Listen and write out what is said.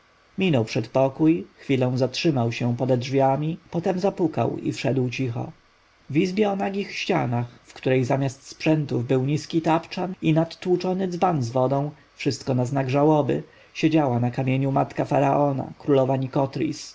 minął przedpokój chwilę zatrzymał się pode drzwiami potem zapukał i wszedł cicho w izbie o nagich ścianach w której zamiast sprzętów był niski tapczan i nadtłuczony dzban z wodą wszystko na znak żałoby siedziała na kamieniu matka faraona królowa